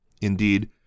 Indeed